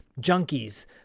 junkies